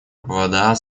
вода